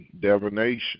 divination